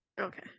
okay